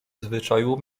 zwyczaju